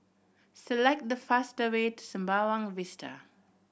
select the faster way to Sembawang Vista